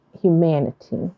humanity